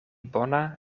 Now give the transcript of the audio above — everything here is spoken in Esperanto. bona